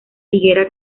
higuera